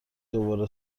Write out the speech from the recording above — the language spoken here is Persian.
دوباره